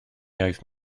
iaith